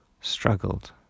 Struggled